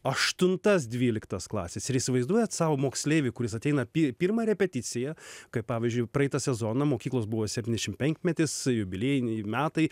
aštuntas dvyliktas klases ir įsivaizduojat sau moksleivį kuris ateina pirmą repeticiją kaip pavyzdžiui praeitą sezoną mokyklos buvo septyniasdešimt penkmetis jubiliejiniai metai